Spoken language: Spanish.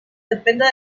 depende